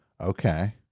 Okay